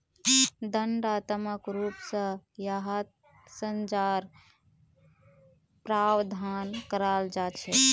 दण्डात्मक रूप स यहात सज़ार प्रावधान कराल जा छेक